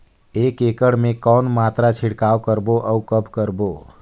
एक एकड़ मे के कौन मात्रा छिड़काव करबो अउ कब करबो?